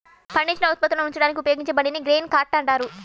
పండించిన ఉత్పత్తులను ఉంచడానికి ఉపయోగించే బండిని గ్రెయిన్ కార్ట్ అంటారు